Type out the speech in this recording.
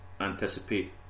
anticipate